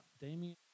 Damien